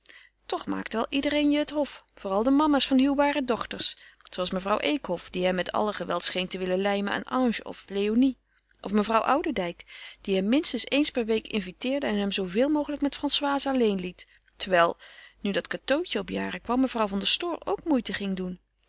toch maakte wel iedereen je het hof vooral de mama's van huwbare dochters zooals mevrouw eekhof die hem met alle geweld scheen te willen lijmen aan ange of léonie of mevrouw oudendijk die hem minstens eens per week inviteerde en hem zooveel mogelijk met françoise alleen liet terwijl nu dat cateautje op jaren kwam mevrouw van der stoor ook moeite ging doen